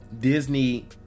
Disney